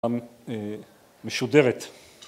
משודרת.